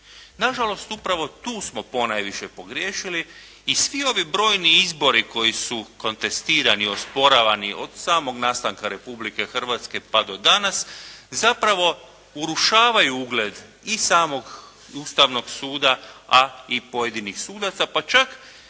Na žalost upravo tu smo ponajviše pogriješili i svi ovi brojni izbori koji su kontestirani, osporavani od samog nastanka Republike Hrvatske pa do danas, zapravo urušavaju ugled i samog Ustavnog suda, a i pojedinih sudaca pa čak